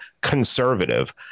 conservative